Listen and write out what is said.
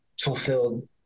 fulfilled